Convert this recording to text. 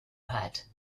hut